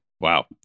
Wow